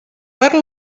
per